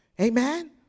Amen